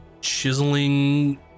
Chiseling